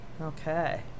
okay